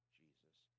jesus